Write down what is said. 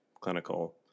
clinical